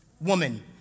woman